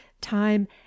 time